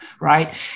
right